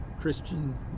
christian